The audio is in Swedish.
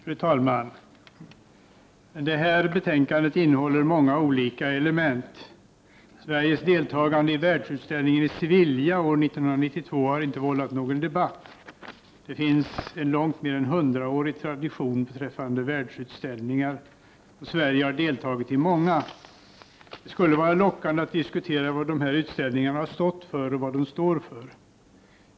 Fru talman! Detta betänkande innehåller många olika element. Sveriges deltagande i världsutställningen i Sevilla år 1992 har inte vållat någon debatt; det finns en långt mer än hundraårig tradition beträffande världsutställningar och Sverige har deltagit i många. Det skulle vara lockande att diskutera vad dessa utställningar har stått för och vad de står för.